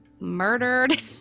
murdered